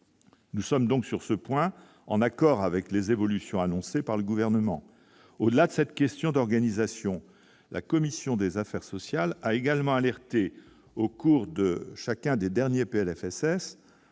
nous sommes donc sur ce point, en accord avec les évolutions annoncées par le gouvernement, au-delà de cette question d'organisation, la commission des affaires sociales a également alerté au cours de chacun des derniers Plfss